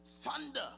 Thunder